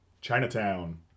Chinatown